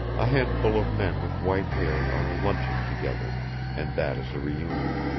a handful of men with white hair are lunching together and that is a reunion.